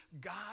God